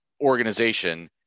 organization –